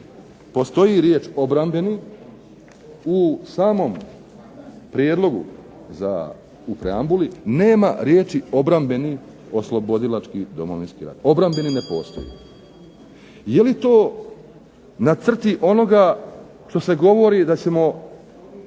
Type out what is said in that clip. postoji riječ obramben, u samom prijedlogu za u preambuli nema riječi obrambeni oslobodilački Domovinski rat. Obrambeni ne postoji. Je li to na crti onoga što se govori da ćemo